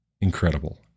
incredible